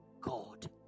God